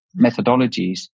methodologies